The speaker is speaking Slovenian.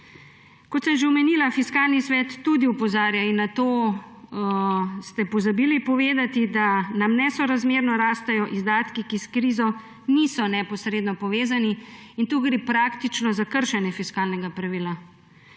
Kot sem že omenila, Fiskalni svet tudi opozarja, in to ste pozabili povedati, da nam nesorazmerno rastejo izdatki, ki s krizo niso neposredno povezani, tu gre praktično za kršenje fiskalnega pravila,